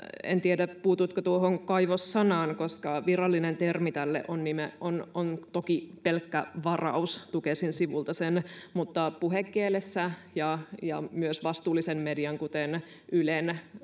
en tiedä puutuitko tuohon kaivos sanaan koska virallinen termi tälle on on toki pelkkä varaus tukesin sivulla mutta puhekielessä ja ja myös vastuullisen median kuten ylen